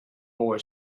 boy